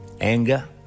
anger